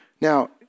Now